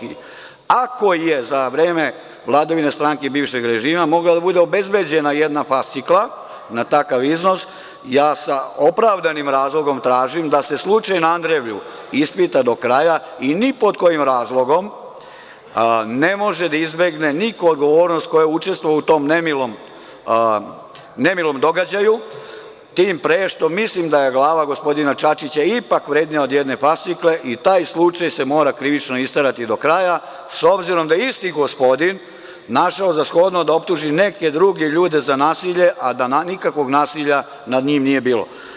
Ako je za vreme vladavine stranke bivšeg režima mogla da bude obezbeđena jedna fascikla, na takav iznos, ja sam opravdanim razlogom tražim da se slučaj na Andrevlju ispita do kraja i ni pod kojim razlogom ne može da izbegne niko odgovornost ko je učestvovao u tom nemilom događaju tim pre što mislim da je glava gospodina Čačića ipak vrednija od jedne fascikle i taj slučaj se mora krivično isterati do kraja s obzirom da je isti gospodin našao je za shodno da optuži neke druge ljude za nasilje, a da nikakvog nasilja nad njim nije bilo.